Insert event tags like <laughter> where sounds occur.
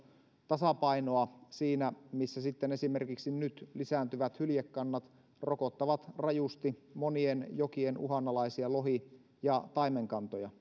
tasapainoa siinä missä sitten esimerkiksi nyt lisääntyvät hyljekannat rokottavat rajusti monien jokien uhanalaisia lohi ja taimenkantoja <unintelligible>